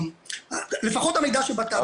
לפחות המידע שבטאבו.